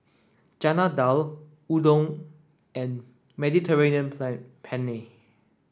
Chana Dal Udon and Mediterranean Plan Penne